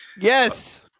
Yes